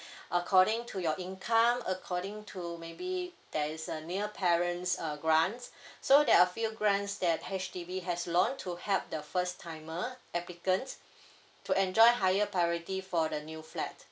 according to your income according to maybe there is a new parents uh grant so there're a few grants that H_D_B has launched to help the first timer applicants to enjoy higher priority for the new flat